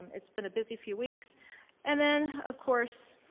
it's been a busy few weeks and then, of course,